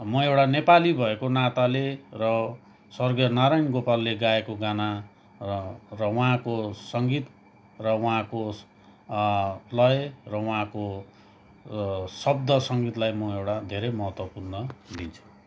म एउटा नेपाली भएको नाताले र स्वर्गीय नारायण गोपालले गाएको गाना र र उहाँको सङ्गीत र उहाँको लय र वहाँको शब्द सङ्गीतलाई म एउटा धेरै महत्त्वपूर्ण दिन्छु